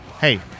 Hey